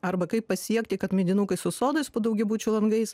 arba kaip pasiekti kad medinukai su sodais po daugiabučių langais